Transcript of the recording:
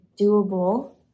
doable